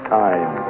time